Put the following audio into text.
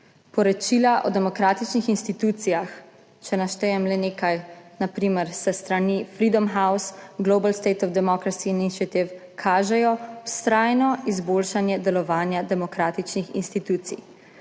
poročila o demokratičnih institucijah, če jih naštejem le nekaj, na primer s strani Freedom House, Global State of Democracy Initiative kažejo vztrajno izboljšanje delovanja demokratičnih institucij,